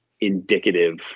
indicative